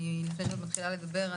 לפני שאת מתחילה לדבר,